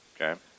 Okay